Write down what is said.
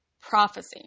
prophecy